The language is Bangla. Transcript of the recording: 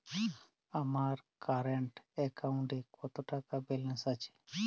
আমার কারেন্ট অ্যাকাউন্টে কত টাকা ব্যালেন্স আছে?